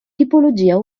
tipologia